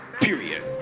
Period